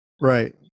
Right